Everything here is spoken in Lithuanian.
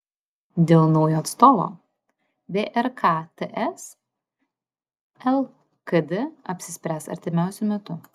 dėl naujo atstovo vrk ts lkd apsispręs artimiausiu metu